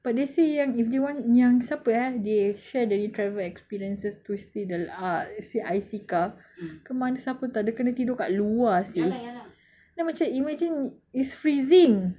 but they say yang if they want yang siapa eh they share dia punya travel experiences to see the li~ ah si aifiqah ke mana siapa entah dia kena tidur dekat luar seh then macam imagine it's freezing